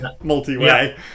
multi-way